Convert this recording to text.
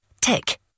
Tick